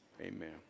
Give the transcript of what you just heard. amen